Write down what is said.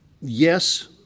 yes